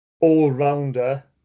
all-rounder